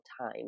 time